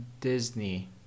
Disney